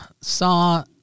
saw